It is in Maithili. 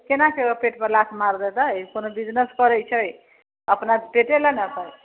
कोना के पेट पर लात मार देबै कोनो बिजनेस करै छै अपना पेटे लए न